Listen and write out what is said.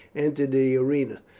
entered the arena,